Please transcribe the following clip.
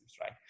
right